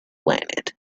planet